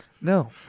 No